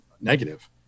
negative